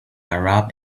arab